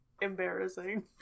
embarrassing